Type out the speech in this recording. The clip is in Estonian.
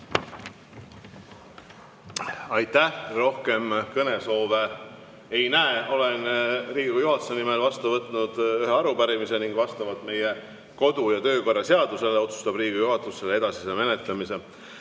Aitäh! Rohkem kõnesoove ei näe. Olen Riigikogu juhatuse nimel vastu võtnud ühe arupärimise ning vastavalt meie kodu- ja töökorra seadusele otsustab Riigikogu juhatus selle edasise menetlemise.